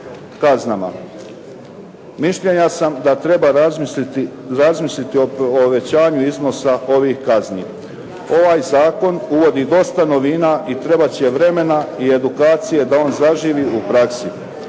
kaznama. Mišljenja sam da treba razmisliti o povećanju iznosa ovih kazni. Ovi zakon uvodi dosta novina i trebat će vremena i edukacije da on zaživi u praksi.